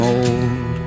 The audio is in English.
old